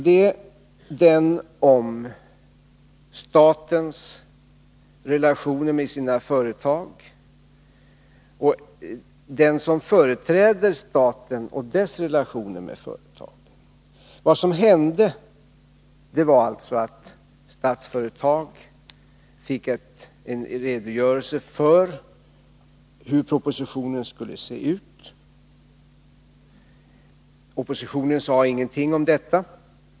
Det handlar om statens relationer till sina företag och om relationerna mellan den som företräder staten och de statliga företagen. Vad som hände var att Statsföretag fick en redogörelse för hur propositionen skulle se ut. Oppositionen sade ingenting om detta.